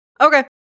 Okay